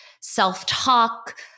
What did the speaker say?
self-talk